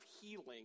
healing